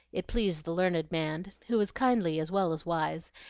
it pleased the learned man, who was kindly as well as wise,